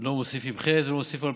לא מוסיפים חטא ולא מוסיפים פשע.